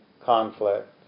conflict